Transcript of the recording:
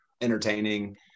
entertaining